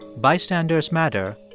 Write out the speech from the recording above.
bystanders matter,